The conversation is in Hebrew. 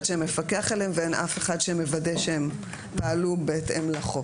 שמפקח עליהם ואין אף אחד שמוודא שהם פעלו בהתאם לחוק.